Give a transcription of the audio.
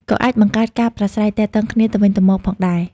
ក៏អាចបង្កើតការប្រាស្រ័យទាក់ទងគ្នាទៅវិញទៅមកផងដែរ។